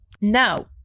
No